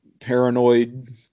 paranoid